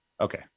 Okay